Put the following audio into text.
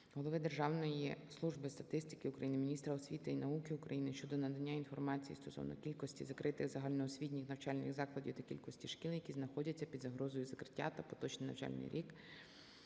голови Державної служби статистики України, міністра освіти і науки України щодо надання інформації стосовно кількості закритих загальноосвітніх навчальних закладів та кількості шкіл, які знаходяться під загрозою закриття за поточний навчальний